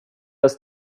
ist